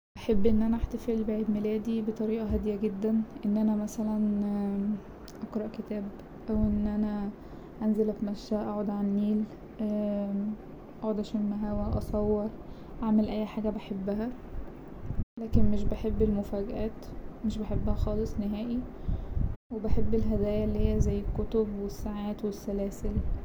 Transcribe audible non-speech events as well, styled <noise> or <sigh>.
هحب إن أنا أحتفل بعيد ميلادي بطريقة هادية جدا إن أنا مثلا <hesitation> اقرا كتاب أو إن أنا أنزل اتمشي أقعد على النيل أقعد اشم هوا أصور أعمل أي حاجة بحبها لكن مش بحب المفاجآت مش بحبها خالص نهائي وبحب الهدايا اللي هي زي الكتب والساعات والسلاسل.